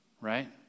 Right